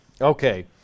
Okay